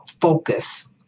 focus